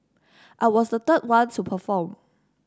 I was the third one to perform